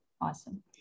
Awesome